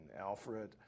Alfred